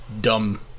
dumb